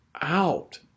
out